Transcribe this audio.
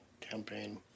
campaign